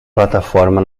plataforma